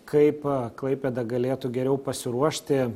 kaip klaipėda galėtų geriau pasiruošti